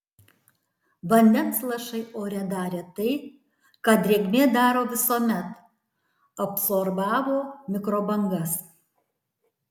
vandens lašai ore darė tai ką drėgmė daro visuomet absorbavo mikrobangas